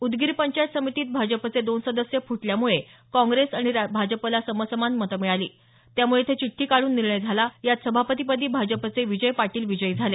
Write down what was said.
उदगीर पंचायत समितीत भाजपाचे दोन सदस्य फुटल्यामुळे काँग्रेस आणि भाजपाला समसमान मतं मिळाली त्यामुळे इथे चिठ्ठी काढून निर्णय झाला यात सभापती पदी भाजपाचे विजय पाटील विजयी झाले